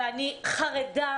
ואני חרדה,